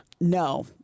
No